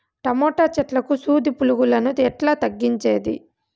Tomato చెట్లకు సూది పులుగులను ఎట్లా తగ్గించేది?